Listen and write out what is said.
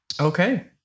Okay